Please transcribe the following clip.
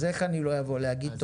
אז איך אני לא אבוא להגיד תודה?